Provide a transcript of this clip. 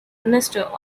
minister